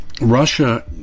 Russia